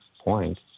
point